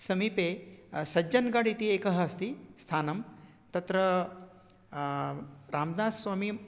समीपे सज्जन्गढ् इति एकः अस्ति स्थानं तत्र राम्दास् स्वामी